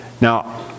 Now